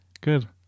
Good